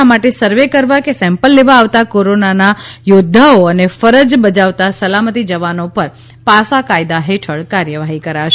આ માટે સર્વે કરવા કે સેમ્પલ લેવા આવતા કોરોના યોધ્ધાઓ અને ફરજ બજાવતા સલામતી જવાનો પર પાસા કાયદા હેઠળ કાર્યવાહી કરાશે